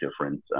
difference